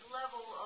level